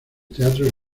teatros